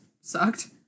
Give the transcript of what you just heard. Sucked